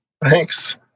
Thanks